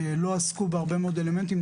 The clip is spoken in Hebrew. לא עסקו בהרבה מאוד אלמנטים,